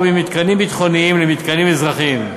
ממתקנים ביטחוניים למתקנים אזרחיים.